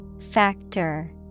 Factor